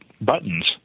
buttons